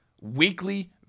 weekly